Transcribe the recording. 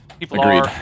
Agreed